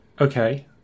okay